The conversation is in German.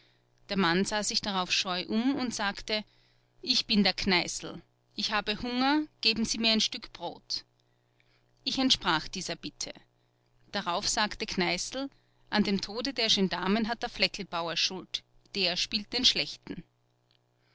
der mann sah sich darauf scheu um und sagte ich bin der kneißl ich habe hunger geben sie mir ein stück brot ich entsprach dieser bitte darauf sagte kneißl an dem tode der gendarmen hat der flecklbauer schuld der spielt den schlechten